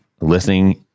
listening